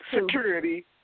security